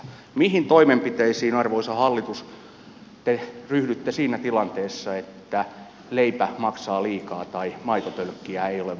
mihin toimenpiteisiin arvoisa hallitus te ryhdytte siinä tilanteessa että leipä maksaa liikaa tai maitotölkkiä ei ole varaa ostaa